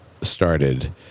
started